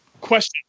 Question